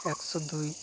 ᱮᱠᱥᱚ ᱫᱩᱭ